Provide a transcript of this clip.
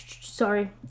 sorry